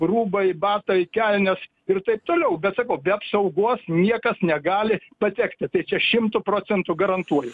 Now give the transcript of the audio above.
rūbai batai kelnės ir taip toliau bet sakau be apsaugos niekas negali patekti tai čia šimtu procentų garantuoju